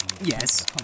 yes